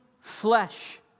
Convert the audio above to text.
flesh